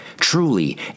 truly